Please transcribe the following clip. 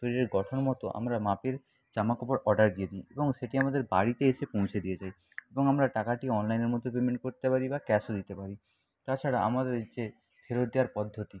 শরীরের গঠন মতো আমরা মাপের জামা কাপড় অর্ডার দিয়ে দিই এবং সেটি আমাদের বাড়িতে এসে পৌঁছে দিয়ে যায় এবং আমরা টাকাটি অনলাইনের মধ্যে পেমেন্ট করতে পারি বা ক্যাশও দিতে পারি তাছাড়া আমাদের যে ফেরত দেয়ার পদ্ধতি